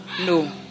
No